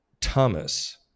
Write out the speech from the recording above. Thomas